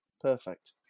Perfect